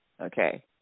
Okay